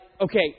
okay